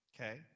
Okay